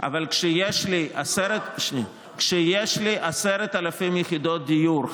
אבל כשיש לי 10,000 יחידות דיור,